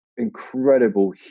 incredible